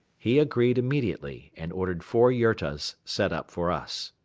he agreed immediately and ordered four yurtas set up for us.